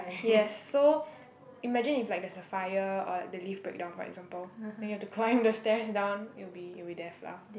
yes so imagine if like there's a fire or like the lift breakdown for example then you'll have to climb the stairs down you'll be you'll be death lah